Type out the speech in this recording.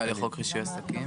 --- לחוק רישוי עסקים?